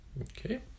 Okay